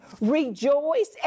rejoice